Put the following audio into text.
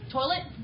Toilet